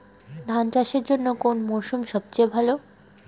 ধান চাষের জন্যে কোন মরশুম সবচেয়ে ভালো?